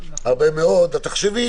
תחשבי